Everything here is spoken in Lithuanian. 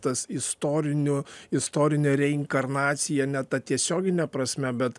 tas istorinių istorinė reinkarnacija ne ta tiesiogine prasme bet